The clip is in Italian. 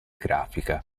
grafica